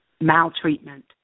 maltreatment